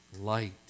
Light